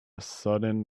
sudden